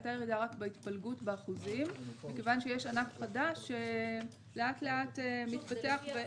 הייתה ירידה רק בהתפלגות באחוזים מכיוון שיש ענף חדש שלאט לאט מתפתח.